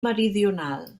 meridional